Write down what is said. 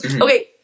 Okay